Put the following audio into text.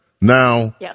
Now